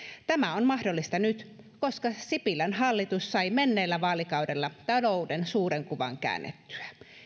tämä on mahdollista nyt koska sipilän hallitus sai menneellä vaalikaudella talouden suuren kuvan käännettyä